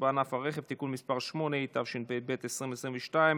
אפס מתנגדים.